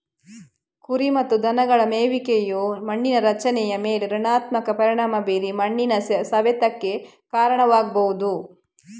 ಕುರಿ ಮತ್ತು ದನಗಳ ಮೇಯುವಿಕೆಯು ಮಣ್ಣಿನ ರಚನೆಯ ಮೇಲೆ ಋಣಾತ್ಮಕ ಪರಿಣಾಮ ಬೀರಿ ಮಣ್ಣಿನ ಸವೆತಕ್ಕೆ ಕಾರಣವಾಗ್ಬಹುದು